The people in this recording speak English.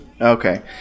Okay